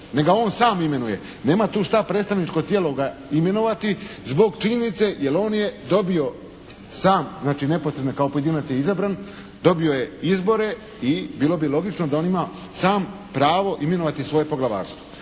Nek ga on sam imenuje. Nema tu šta predstavničko tijelo ga imenovati zbog činjenice jer on je dobio sam znači neposredno kao pojedinac je izabran, dobio je izbore i bilo bi logično da on ima sam pravo imenovati svoje poglavarstvo.